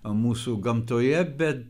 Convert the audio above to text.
mūsų gamtoje bet